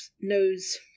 knows